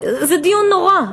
דיון נורא,